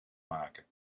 maken